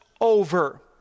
over